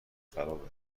خرابه